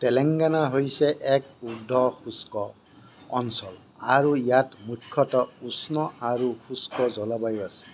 তেলেংগানা হৈছে এক উৰ্দ্ধ শুষ্ক অঞ্চল আৰু ইয়াত মুখ্যতঃ উষ্ণ আৰু শুষ্ক জলবায়ু আছে